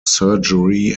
surgery